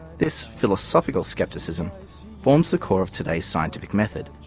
this philosophical skepticism forms the core of today's scientific method.